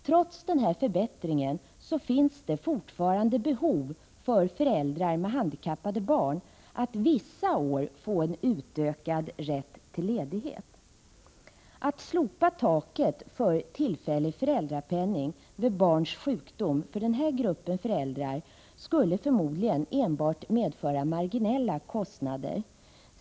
Trots denna förbättring finns det fortfarande behov för föräldrar med handikappade barn att vissa år få en utökad rätt till ledighet. Att slopa taket för tillfällig föräldrapenning vid barns sjukdom för den här gruppen föräldrar skulle förmodligen enbart medföra marginella kostnader.